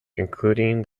including